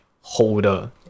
holder